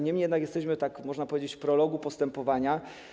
Niemniej jednak jesteśmy, można powiedzieć, w prologu postępowania.